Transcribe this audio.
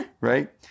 Right